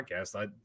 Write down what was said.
podcast